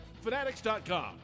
Fanatics.com